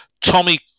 Tommy